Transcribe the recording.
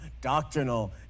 doctrinal